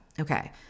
Okay